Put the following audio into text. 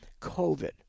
COVID